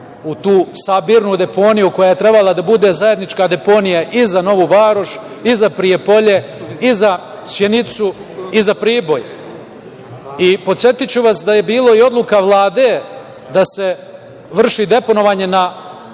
u tu sabirnu deponiju koja je trebala da bude zajednička deponija i za Novu Varoš i za Prijepolje i za Sjenicu i za Priboj. Podsetiću vas da je bila i Odluka Vlade da se vrši deponovanje đubreta